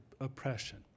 oppression